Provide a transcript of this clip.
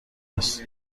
هست